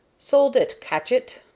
soldat catch it.